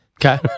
Okay